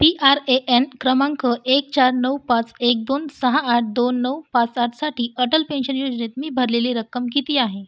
P R A N क्रमांक एक चार नऊ पाच एक दोन सहा आठ दोन नऊ पाच आठसाठी अटल पेन्शन योजनेत मी भरलेली रक्कम किती आहे